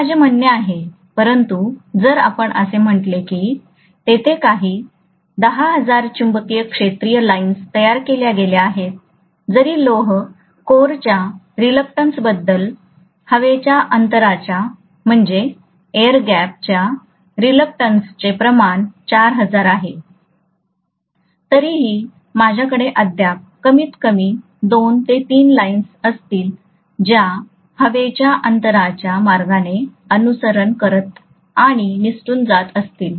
हे माझे म्हणणे आहे परंतु जर आपण असे म्हटले आहे की तेथे काही 10000 चुंबकीय क्षेत्रीय लाइन्स तयार केल्या गेल्या आहेत जरी लोह कोरच्या रिलक्टन्सबद्दल हवेच्या अंतराच्या रिलक्टंसचे प्रमाण 4000 आहे तरीही माझ्याकडे अद्याप कमीतकमी 2 3 लाइन्स असतील ज्या हवेच्या अंतराच्या मार्गाचे अनुसरण करत आणि निसटून जात असतील